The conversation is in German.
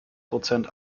prozent